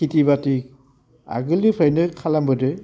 खेथि बाथि आगोलनिफ्रायनो खालामबोदों